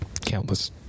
countless